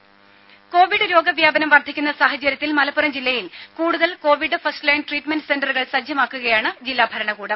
രുമ കോവിഡ് രോഗവ്യാപനം വർധിക്കുന്ന സാഹചര്യത്തിൽ മലപ്പുറം ജില്ലയിൽ കൂടുതൽ കോവിഡ് ഫസ്റ്റ്ലൈൻ ട്രീറ്റ്മെന്റ് സെന്ററുകൾ സജ്ജമാക്കുകയാണ് ജില്ലാ ഭരണകൂടം